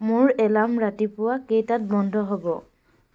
মোৰ এলাৰ্ম ৰাতিপুৱা কেইটাত বন্ধ হ'ব